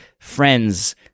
friends